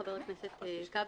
חבר הכנסת כבל,